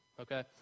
Okay